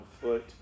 foot